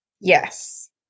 Yes